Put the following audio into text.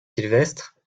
sylvestre